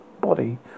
body